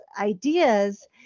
ideas